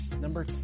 Number